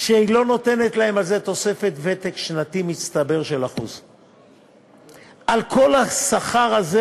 שהיא לא נותנת להם על זה תוספת ותק שנתי מצטבר של 1%. על כל השכר הזה